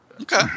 Okay